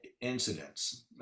incidents